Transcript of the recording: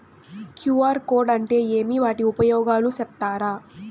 QR code అంటే ఏమి వాటి ఉపయోగాలు సెప్తారా?